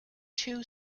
two